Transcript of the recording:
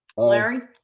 larry.